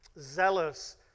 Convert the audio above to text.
zealous